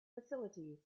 facilities